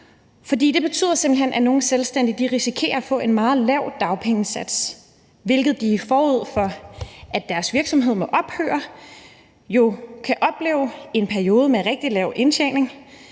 simpelt hen, at nogle selvstændige risikerer at få en meget lav dagpengesats, da de jo, forud for deres virksomhed må ophøre, kan opleve en periode med rigtig lav indtjening.